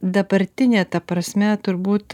dabartinė ta prasme turbūt